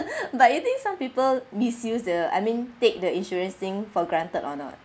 but you think some people misuse the I mean take the insurance thing for granted or not